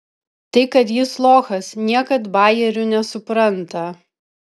tai kad jis lochas niekad bajerių nesupranta